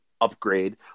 upgrade